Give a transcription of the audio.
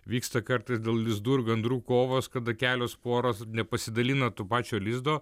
vyksta kartais dėl lizdų ir gandrų kovos kada kelios poros nepasidalina to pačio lizdo